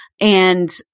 And-